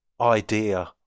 idea